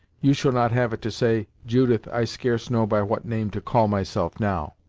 you shall not have it to say, judith i scarce know by what name to call myself, now!